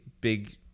big